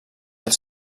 als